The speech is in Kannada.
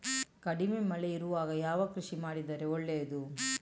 ಕಡಿಮೆ ಮಳೆ ಇರುವಾಗ ಯಾವ ಕೃಷಿ ಮಾಡಿದರೆ ಒಳ್ಳೆಯದು?